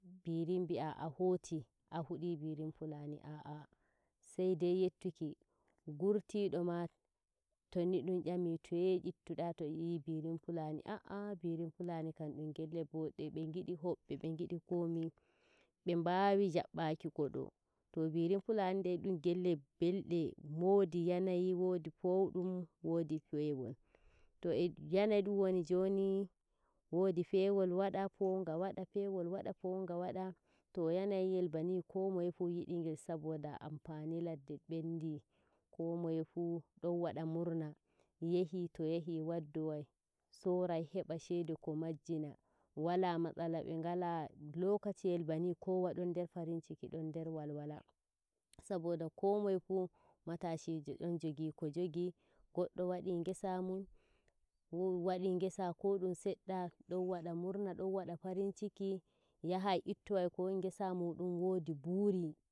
Biri nɓi'ah a hoti a huɗi Birin fulani a'ah saidai yettuki. gurtido ma to ni ɗun nyami "to be nyittuda" to yi'u "birin fulani" a'a birin flani kai un gelle bode be ngidi hobbe be ngidi komi. Be ɓawu jabbaki kodo" To Birin Fulai ɗun gelle boɗɗe wodi yanayi yarayi wodi powɗum woodi pewol to e yanayi ɗum woni joni. Wodi pewol wadu pownga wada pewol wada pownga wada to yanayiyel bani fuu kowa yidi ngel saboda amfani ladde ɓendi komoyefu ɗon ada murna, yahi to yahi waddowai, sorai heɓa shedo ko majjina, wala matsala lokaciyel bani kowa ɗon nder farinciki don nder walwota saboda ko meyefu matashijo don jogi ko jogi ngoddo wodi ngesa mun- wadi ngesa ko dum sedda doi kada murna don wada farinciki yahai ittowai ko won ngese minɗon wodi buri.